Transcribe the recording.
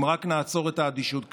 אם רק נעצור את האדישות כלפיה.